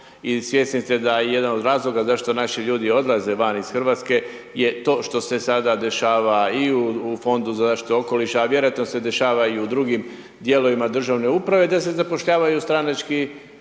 i svjesni ste da jedan od razloga zašto naši ljudi odlaze van iz Hrvatske je to što se sada dešava i u Fondu za zaštitu okoliša, a vjerojatno se dešava i u drugim dijelovima državne uprave, da se zapošljavaju stranački